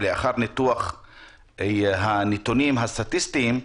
ולאחר ניתוח הנתונים הסטטיסטיים,